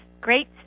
great